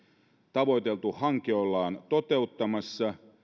tavoiteltu hanke ollaan toteuttamassa